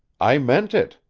i meant it,